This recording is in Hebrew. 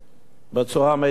בצורה מיטבית.